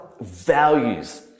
values